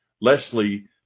Leslie